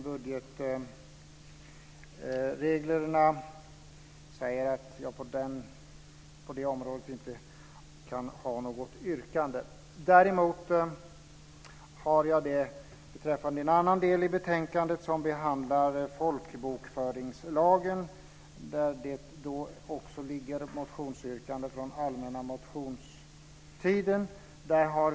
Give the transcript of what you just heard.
Budgetreglerna säger dock att jag på detta område inte kan ha något yrkande. Däremot har jag det beträffande en annan del i betänkandet, som behandlar folkbokföringslagen och där det också föreligger motionsyrkanden från allmänna motionstiden.